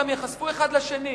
אלא גם ייחשפו אחד לשני,